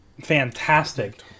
fantastic